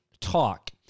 Talk